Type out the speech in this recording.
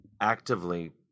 actively